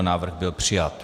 Návrh byl přijat.